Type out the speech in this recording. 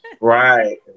Right